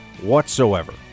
whatsoever